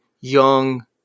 young